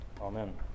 Amen